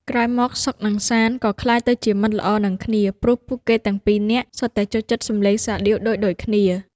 ក្រោយមក សុខ និងសាន្ត ក៏ក្លាយទៅជាមិត្តល្អនឹងគ្នា ព្រោះពួកគេទាំងពីរនាក់សុទ្ធតែចូលចិត្តសំឡេងសាដៀវដូចៗគ្នា។